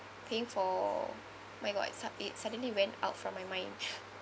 paying for my god su~ it suddenly went out from my mind